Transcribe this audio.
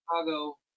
Chicago